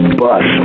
bus